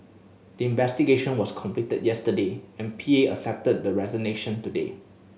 the investigation was completed yesterday and P A accepted the resignation today